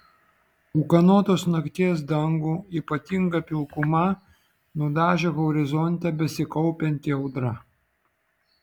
ūkanotos nakties dangų ypatinga pilkuma nudažė horizonte besikaupianti audra